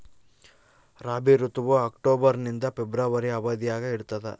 ರಾಬಿ ಋತುವು ಅಕ್ಟೋಬರ್ ನಿಂದ ಫೆಬ್ರವರಿ ಅವಧಿಯಾಗ ಇರ್ತದ